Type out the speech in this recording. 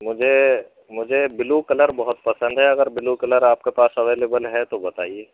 مجھے مجھے blue colour بہت پسند ہے اگر بلو کلر آپ کے پاس اویلیبل ہے تو بتائیے